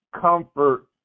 comfort